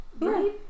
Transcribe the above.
Right